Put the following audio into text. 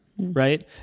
Right